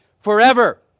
forever